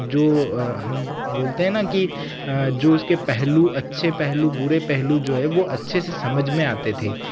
जो हम बोलते हैं ना कि जो उसके पहलू अच्छे पहलू बुरे पहलू जो है वो अच्छे से समझ में आते थे